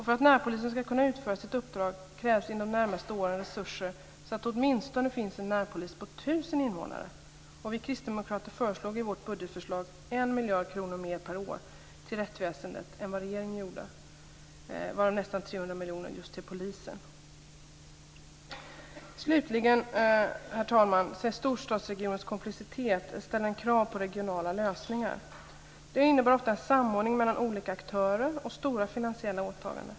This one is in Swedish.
För att närpolisen ska kunna utföra sitt uppdrag krävs inom de närmaste åren resurser så att det åtminstone finns en närpolis på 1 000 invånare. Vi kristdemokrater föreslog i vårt budgetförslag 1 miljard kronor mer per år till rättsväsendet än vad regeringen gjorde, varav nästan 300 miljoner till polisen. Slutligen, herr talman, ställer storstadsregionens komplexitet krav på regionala lösningar. Det innebär ofta samordning mellan olika aktörer och stora finansiella åtaganden.